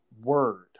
word